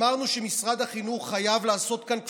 אמרנו שמשרד החינוך חייב לעשות כאן קפיצה,